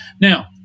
Now